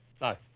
No